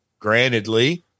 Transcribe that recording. grantedly